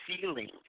feeling